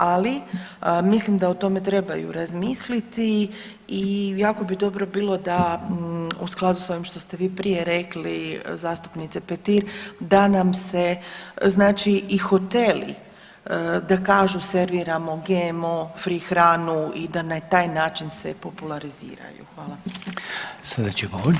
Ali mislim da o tome trebaju razmisliti i jako bi dobro bilo da u skladu s ovim što ste vi prije rekli zastupnice Petir, da nam se znači i hoteli da kažu serviramo GMO free hranu i da na taj način se populariziraju.